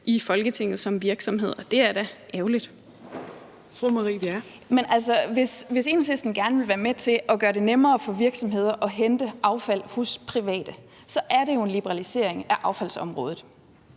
Marie Bjerre (V): Men altså, hvis Enhedslisten gerne vil være med til at gøre det nemmere for virksomhederne at hente affald hos private, er det jo en liberalisering af affaldsområdet.